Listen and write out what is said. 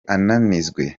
anizwe